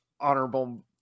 honorable